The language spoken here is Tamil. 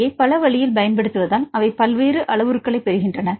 பியை பல வழியில் பயன்படுத்துவதால் அவை பல்வேறு அளவுருக்களைப் பெறுகின்றன